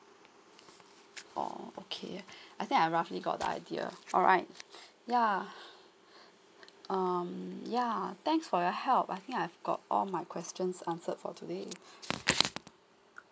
oh okay I think I roughly got the idea alright yeah um yeah thanks for your help I think I've got all my questions answered for today